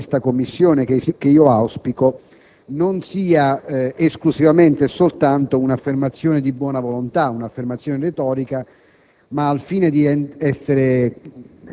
affinché l'istituzione di questa Commissione, che io auspico, non sia esclusivamente e soltanto un'affermazione di buona volontà, un'affermazione retorica,